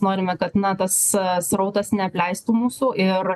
norime kad na tas srautas neapleistų mūsų ir